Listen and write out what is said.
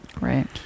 right